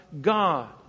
God